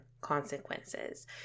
consequences